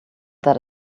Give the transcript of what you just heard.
that